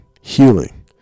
Healing